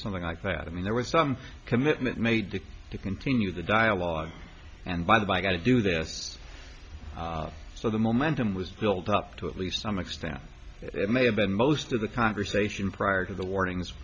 us something like that i mean there was some commitment made to continue the dialogue and by the by i got to do this so the momentum was built up to at least some extent it may have been most of the conversation prior to the warnings